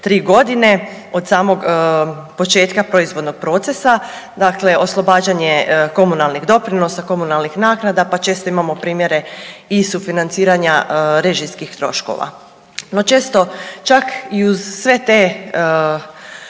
3 godine od samog početka proizvodnog procesa. Dakle, oslobađanje komunalnih doprinosa, komunalnih naknada pa često imamo primjere i sufinanciranja režijskih troškova. No, često čak i uz sve te